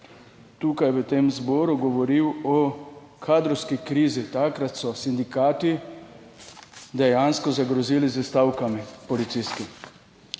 tukaj v tem zboru govoril o kadrovski krizi. Takrat so sindikati dejansko zagrozili s stavkami policijskih